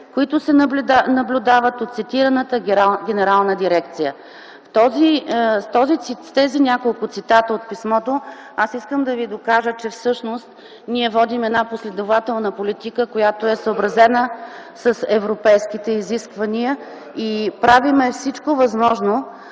които се наблюдават от цитираната генерална дирекция.” С тези няколко цитата от писмото аз искам да ви докажа, че всъщност ние водим една последователна политика, която е съобразена с европейските изисквания, и правим всичко възможно